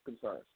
concerns